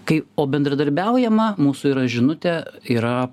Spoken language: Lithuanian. kai o bendradarbiaujama mūsų yra žinutė yra